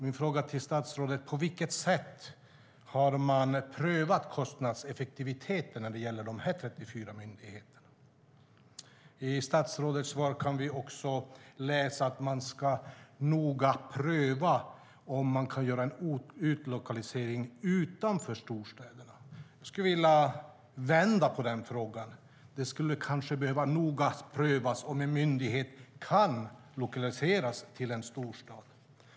Min fråga till statsrådet är: På vilket sätt har man prövat kostnadseffektiviteten när det gäller de 34 myndigheterna? I statsrådets svar kan vi också läsa att man ska noga pröva om man kan göra en utlokalisering utanför storstäderna. Jag skulle vilja vända på den frågan: Det skulle kanske behöva noga prövas om en myndighet kan lokaliseras till en storstad.